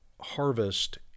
harvest